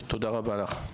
תודה רבה לך.